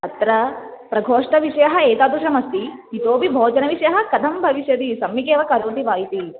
अत्र प्रकोष्ठविषयः एतादृशमस्ति इतोपि भोजनविषयः कथं भविष्यति सम्यगेव करोति वा इति